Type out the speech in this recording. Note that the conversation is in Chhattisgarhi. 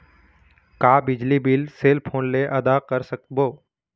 का बिजली बिल सेल फोन से आदा कर सकबो?